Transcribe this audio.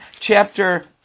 chapter